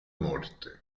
morte